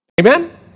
Amen